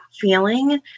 feeling